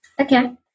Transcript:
Okay